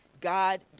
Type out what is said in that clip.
God